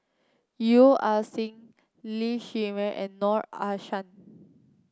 Yeo Ah Seng Lee Shermay and Noor Aishah